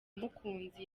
mukunzi